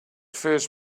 first